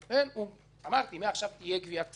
אמרתי מעכשיו תהיה גביית כספים.